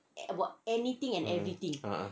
ah